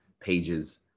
pages